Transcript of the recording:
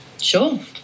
Sure